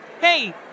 Hey